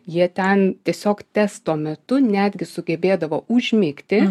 jie ten tiesiog testo metu netgi sugebėdavo užmigti